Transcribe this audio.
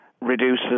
reduces